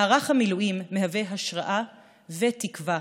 מערך המילואים מהווה השראה ותקווה